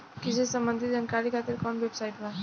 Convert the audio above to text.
कृषि से संबंधित जानकारी खातिर कवन वेबसाइट बा?